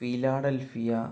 philadelphia